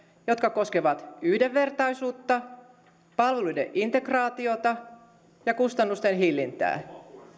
jotka koskevat yhdenvertaisuutta palveluiden integraatiota ja kustannusten hillintää